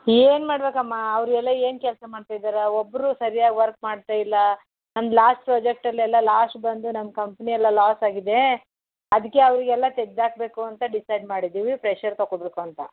ಏನು ಮಾಡಬೇಕಮ್ಮ ಅವರು ಎಲ್ಲ ಏನು ಕೆಲಸ ಮಾಡ್ತಾಯಿದ್ದಾರೆ ಒಬ್ಬರೂ ಸರಿಯಾಗಿ ವರ್ಕ್ ಮಾಡ್ತಾಯಿಲ್ಲ ನಮ್ದು ಲಾಸ್ಟ್ ಪ್ರಾಜೆಕ್ಟ್ ಅಲ್ಲೆಲ್ಲ ಲಾಶ್ಟ್ ಬಂದು ನಮ್ಮ ಕಂಪ್ನಿ ಎಲ್ಲ ಲಾಸ್ ಆಗಿದೆ ಅದಕ್ಕೆ ಅವರಿಗೆಲ್ಲ ತೆಗೆದಾಕ್ಬೇಕು ಅಂತ ಡಿಸೈಡ್ ಮಾಡಿದ್ದೀವಿ ಫ್ರೆಶರ್ ತಗೋಬೇಕು ಅಂತ